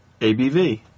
ABV